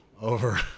over